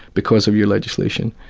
because of your legislation,